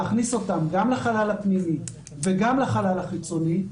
ברגע שאנחנו מסרבים להכניס אותם גם לחלל הפנימי וגם לחלל החיצוני,